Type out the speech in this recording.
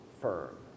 firm